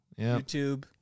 YouTube